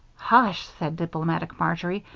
hush! said diplomatic marjory,